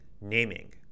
naming